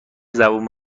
زبون